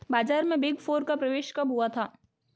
बाजार में big four का प्रवेश कब हुआ था?